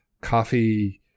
Coffee